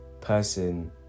person